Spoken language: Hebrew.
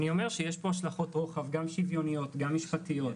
יש השלכות רוחב שוויוניות, משפטיות.